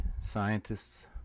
scientists